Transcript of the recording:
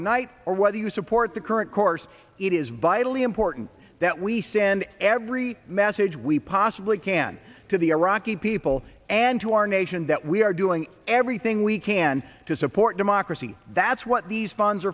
tonight or whether you support the current course it is vitally important that we send every message we possibly can to the iraqi people and to our nation that we are doing everything we can to support democracy that's what these funds